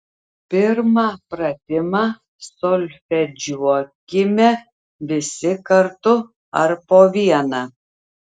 pirmą pratimą solfedžiuokime visi kartu ar po vieną